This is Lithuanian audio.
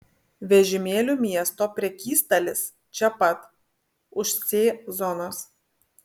vežimėlių miesto prekystalis čia pat už c zonos